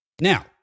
Now